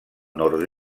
nord